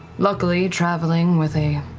luckily, traveling with a